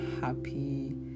happy